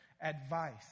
advice